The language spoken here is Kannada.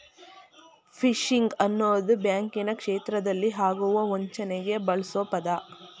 ಫಿಶಿಂಗ್ ಅನ್ನೋದು ಬ್ಯಾಂಕಿನ ಕ್ಷೇತ್ರದಲ್ಲಿ ಆಗುವ ವಂಚನೆಗೆ ಬಳ್ಸೊ ಪದ